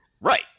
right